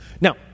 Now